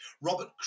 Robert